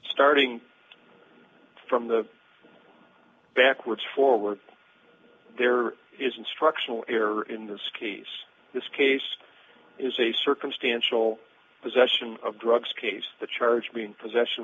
starting from the backwards forward there is instructional error in this case this case is a circumstantial possession of drugs case the charge mean possession